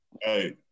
Hey